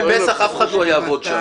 בפסח אף אחד לא יעבוד שם.